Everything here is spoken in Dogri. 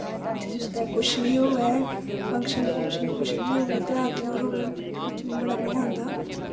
जिसलै कुछ बी होऐ फंक्शन फुंक्शन कुछ बी होऐ ते मिगी फोटो खिच्चने गी बड़ा मजा आंदा